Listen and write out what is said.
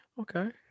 Okay